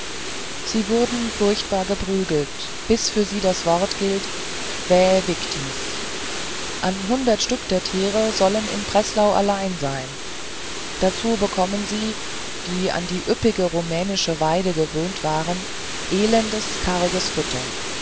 sie wurden furchtbar geprügelt bis daß für sie das wort gilt vae victis an hundert stück der tiere sollen in breslau allein sein dazu bekommen sie die an die üppige rumänische weide gewöhnt waren elendes und karges futter